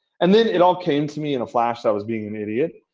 and then, it all came to me in a flash. i was being an idiot.